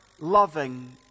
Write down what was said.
loving